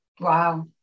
Wow